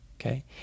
Okay